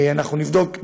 אנחנו נבדוק,